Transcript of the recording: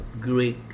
Greek